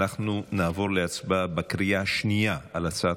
אנחנו נעבור להצבעה בקריאה השנייה על הצעת